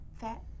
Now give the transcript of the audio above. fat